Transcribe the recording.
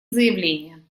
заявление